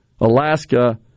Alaska